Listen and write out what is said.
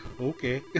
Okay